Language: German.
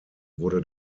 wurde